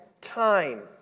time